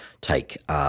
take